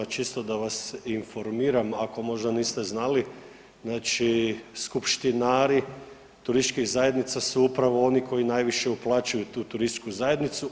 Čisto da vas informiram ako možda niste znali, znači skupštinari turističkih zajednica su upravo oni koji najviše uplaćuju u tu turističku zajednicu.